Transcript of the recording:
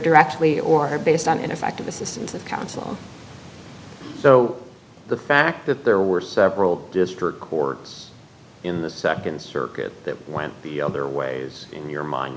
directly or are based on ineffective assistance of counsel so the fact that there were several district courts in the nd circuit that one of the other ways in your mind